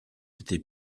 été